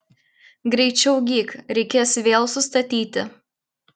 greičiau gyk reikės vėl sustatyti